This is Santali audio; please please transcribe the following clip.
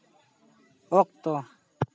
ᱚᱠᱛᱚ